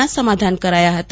નો સમાધાન કરાયા હતા